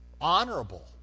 honorable